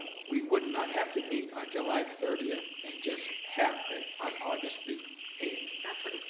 we would not have to meet on july thirty and just have it on august the eight. that's what he